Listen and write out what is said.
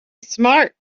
smart